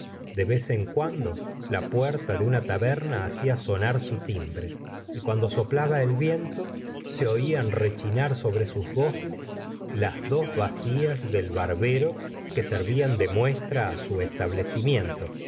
de vez en cuando la puerta de una taberna hacía sonar su timbre y cuando soplaba el viento se oian rechinar sobre sus goznes las dos vacías del barbero que servían de muestra a su establecimiento